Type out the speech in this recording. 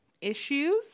issues